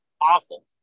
Awful